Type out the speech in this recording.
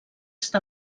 està